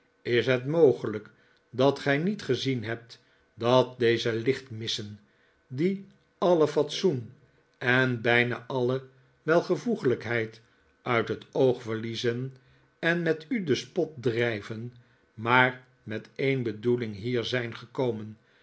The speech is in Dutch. is het mogelijk dat gij niet gezien hebt dat deze lichtmissen die alle fatsoen en bijna alle welvoeglijkheid uit het oog verliezen en met u den spot drijven maar met een bedoeling hier zijn gekomen